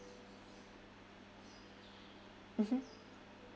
mmhmm